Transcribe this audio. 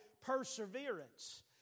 perseverance